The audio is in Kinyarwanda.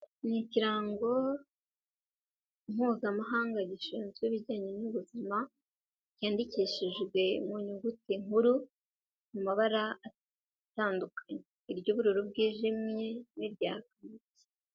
Ni ikirango mpuzamahanga gishinzwe ibijyanye n'ubuzima, cyandikishijwe mu nyuguti nkuru, mu mabara atandukanye. Iry'ubururu bwijimye, n'irya kake.